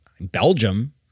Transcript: Belgium